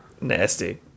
Nasty